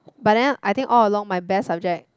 but then I think all along my best subject